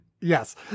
Yes